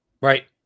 Right